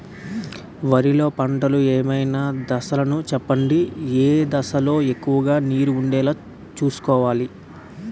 వరిలో పంటలు ఏమైన దశ లను చెప్పండి? ఏ దశ లొ ఎక్కువుగా నీరు వుండేలా చుస్కోవలి?